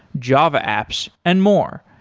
java apps and more.